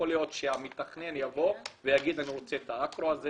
יכול להיות שהמתכנן יבוא ויגיד: אני רוצה אקרו,